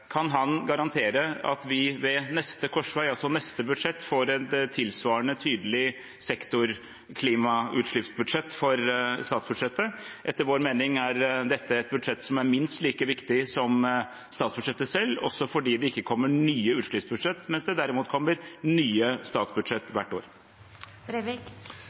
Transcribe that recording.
Kan han garantere at vi ved neste korsvei, altså ved neste budsjett, får et tilsvarende tydelig sektorvist klimautslippsbudsjett for statsbudsjettet? Etter vår mening er dette et budsjett som er minst like viktig som selve statsbudsjettet, også fordi det ikke kommer nye utslippsbudsjett, mens det derimot kommer nye statsbudsjett